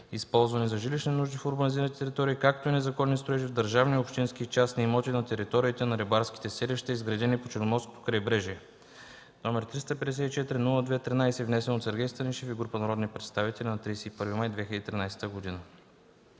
използвани за жилищни нужди в урбанизираните територии, както и незаконни строежи в държавни, общински и частни имоти на териториите на рибарските селища, изградени по Черноморското крайбрежие, № 354-02-13, внесен от Сергей Станишев и група народни представители на 31 май 2013 г.